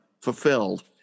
fulfilled